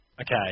okay